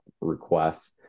requests